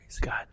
God